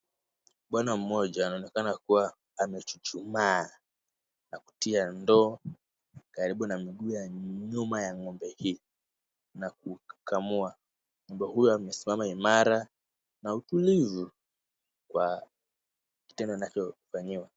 Bwana mmoja anaonekana kuwa amechuchumaa na kutia ndoo karibu na miguu ya nyuma ya ng'ombe hii na kukamua. Ng'ombe huyu amesimama imara na utulivu kwa kitendo anachofanyiwa.